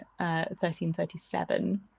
1337